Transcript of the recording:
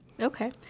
Okay